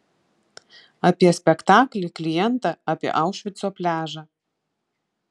apie spektaklį klientą apie aušvico pliažą